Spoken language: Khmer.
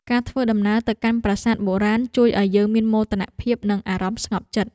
ការធ្វើដំណើរទៅកាន់ប្រាសាទបុរាណ ជួយឱ្យយើងមានមោទនភាព និងអារម្មណ៍ស្ងប់ចិត្ត។